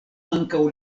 ankaŭ